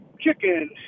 chicken